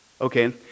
Okay